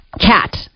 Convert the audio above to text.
Cat